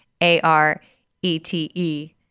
A-R-E-T-E